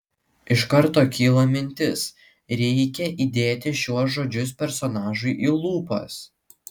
iš karto kyla mintis reikia įdėti šiuos žodžius personažui į lūpas